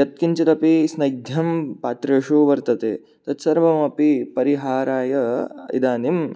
यत्किञ्चिदपि स्नैग्ध्यं पात्रेषु वर्तते तत् सर्वमपि परिहाराय इदानीं